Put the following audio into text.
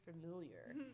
familiar